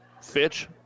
Fitch